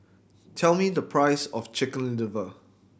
tell me the price of Chicken Liver